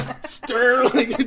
Sterling